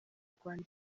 rwanda